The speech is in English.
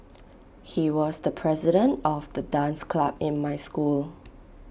he was the president of the dance club in my school